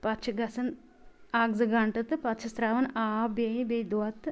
پتہٕ چھِ گَژھان اکھ زٕ گھنٹہٕ تہٕ پتہٕ چھِس ترٛاوان آب بیٚیہِ بیٚیہِ دۄدھ تہٕ